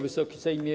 Wysoki Sejmie!